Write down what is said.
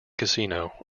casino